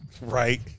Right